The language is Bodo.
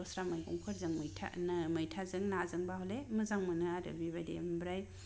दस्रा मैगंफोरजों मैथा मैथाजों नाजोंबाहयले मोजां मोनो आरो बिदि आमफ्राय